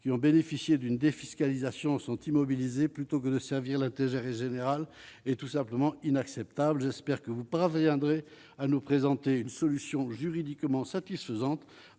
qui ont bénéficié d'une défiscalisation sont immobilisés, plutôt que de servir la terre est générale est tout simplement inacceptable espère que vous parviendrez à nous présenter une solution juridiquement satisfaisante